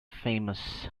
famous